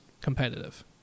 competitive